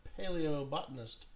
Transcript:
paleobotanist